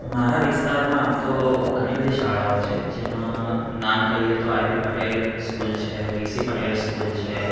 મારા વિસ્તારમાં આમ તો ઘણી બધી શાળાઓ છે જેમાં નામ કહીએ તો આઈ બી પટેલ સ્કૂલ છે વી સી પટેલ સ્કૂલ છે